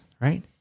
Right